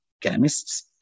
chemists